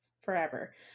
forever